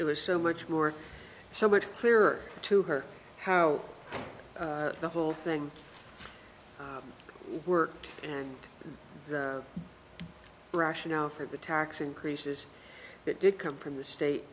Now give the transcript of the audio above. it was so much more so much clearer to her how the whole thing worked and the rationale for the tax increases that did come from the state